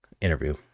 interview